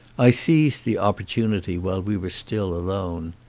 i seized the opportunity while we were still alone.